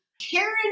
Karen